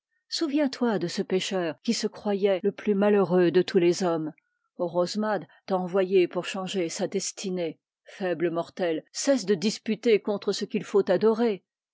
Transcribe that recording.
souviens-toi de ce pêcheur qui se croyait le plus malheureux de tous les hommes orosmade t'a envoyé pour changer sa destinée faible mortel cesse de disputer contre ce qu'il faut adorer